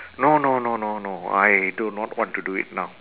no no no no no I do not want to do it now